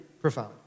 profound